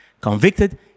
Convicted